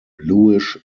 bluish